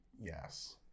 Yes